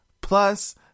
plus